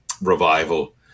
revival